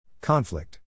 conflict